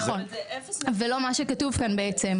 ולא מה שכתוב כאן בעצם.